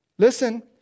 Listen